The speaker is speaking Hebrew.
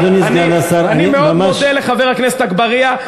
אני מאוד מודה לחבר הכנסת אגבאריה,